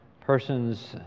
persons